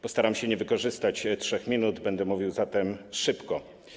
Postaram się nie wykorzystać 3 minut, będę mówił zatem szybko.